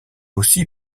aussi